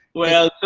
well,